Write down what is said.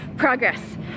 progress